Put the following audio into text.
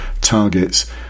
targets